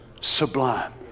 sublime